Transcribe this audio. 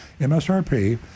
MSRP